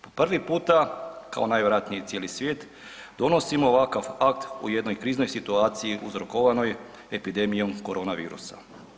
Po prvi puta kao najvjerojatnije i cijeli svijet donosimo ovakav akt u jednoj kriznoj situaciji uzrokovanoj epidemijom korona virusa.